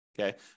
okay